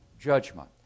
judgment